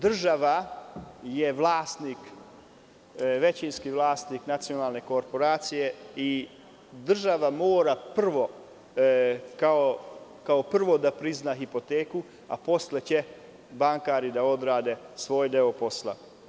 Država je većinski vlasnik Nacionalne korporacije i država mora prvo da prizna hipoteku, a posle će bankari da odrade svoj deo posla.